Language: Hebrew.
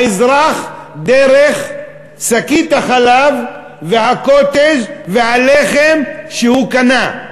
האזרח, דרך שקית החלב והקוטג' והלחם שהוא קנה.